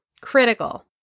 critical